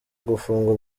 gufungwa